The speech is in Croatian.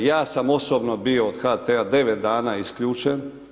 Ja sam osobno bio od HT-a 9 dana isključen.